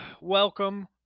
welcome